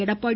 Edappadi